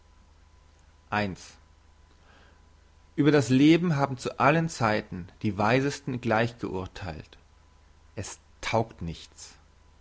über das leben haben zu allen zeiten die weisesten gleich geurtheilt es taugt nichts